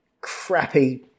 crappy